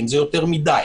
האם זה יותר מדי?